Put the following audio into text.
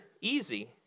easy